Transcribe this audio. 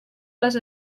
les